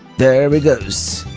there he goes.